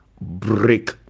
Break